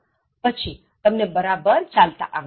પછી તમને બરાબર ચાલતા આવડી જશે